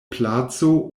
placo